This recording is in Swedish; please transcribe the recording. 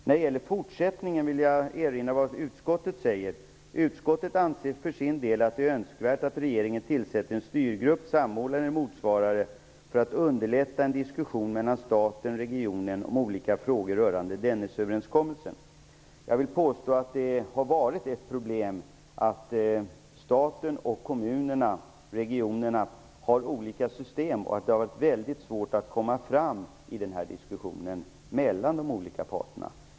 Vad gäller fortsättningen vill erinra om vad utskottet säger, nämligen att utskottet för sin del anser att det är önskvärt att regeringen tillsätter en styrgrupp, en samordnare eller motsvarande för att underlätta en diskussion mellan staten och regionen om olika frågor rörande Dennisöverenskommelsen. Jag vill påstå att det har varit ett problem att staten och kommunerna, regionerna, har olika system. Det har varit väldigt svårt att komma vidare i den här diskussionen mellan de olika parterna.